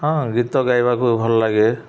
ହଁ ଗୀତ ଗାଇବାକୁ ଭଲ ଲାଗେ